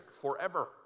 forever